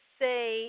say